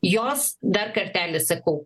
jos dar kartelį sakau